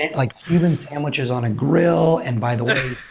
and like cuban sandwiches on a grill. and by the way,